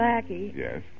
Yes